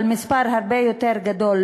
מספר הרבה יותר גדול,